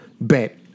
Bet